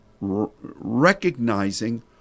recognizing